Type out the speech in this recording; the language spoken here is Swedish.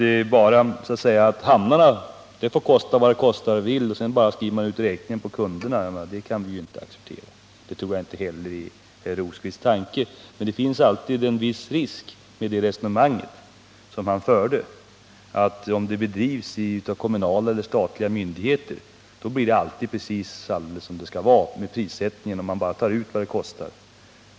Att bara säga att hamnarna får kosta vad de vill och sedan skriva ut räkningar på kunderna, kan vi inte acceptera. Det tror jag inte heller är Birger Rosqvists tanke. Men det finns alltid en viss risk med det resonemang som han förde, nämligen att om verksamheten bedrivs av kommunala eller statliga myndigheter så blir det alltid precis som det skall vara med prissättningen, om man bara tar ut vad det kostar.